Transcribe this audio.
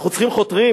אנחנו צריכים חותרים.